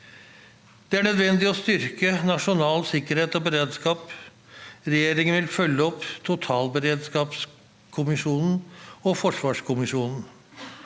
Det er nødvendig å styrke nasjonal sikkerhet og beredskap. Regjeringen vil følge opp totalberedskapskommisjonen og forsvarskommisjonen.